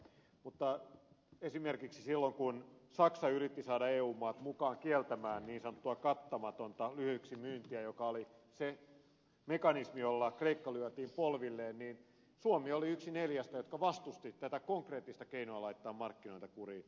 mutta esimerkiksi silloin kun saksa yritti saada eu maat mukaan kieltämään niin sanottua kattamatonta lyhyeksimyyntiä joka oli se mekanismi jolla kreikka lyötiin polvilleen niin suomi oli yksi neljästä jotka vastustivat tätä konkreettista keinoa laittaa markkinoita kuriin